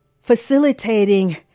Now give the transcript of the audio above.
facilitating